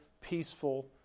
peaceful